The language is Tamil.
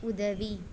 உதவி